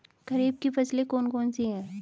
खरीफ की फसलें कौन कौन सी हैं?